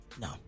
No